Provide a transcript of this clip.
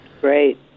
great